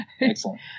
Excellent